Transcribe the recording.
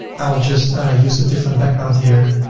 i'll just use a different background here.